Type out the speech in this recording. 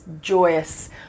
joyous